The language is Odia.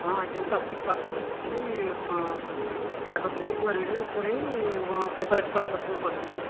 ହଁ ଆଜ୍ଞା ମୁଁ ପାର୍ସଲ୍ ପାର୍ସଲ୍ ରଖିଥିବି କାଗଜରେ ଜରିରେ ଗୁଡ଼େଇ ହଁ ସେପାରେଟ୍ ପାର୍ସଲ୍ ସବୁ କରିଦେବି